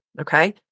okay